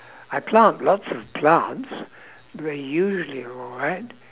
I plant lots of plants they usually are alright